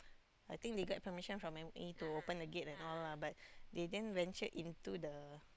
I think they get permission from M_P to open the gate and all lah but they didn't ventured into the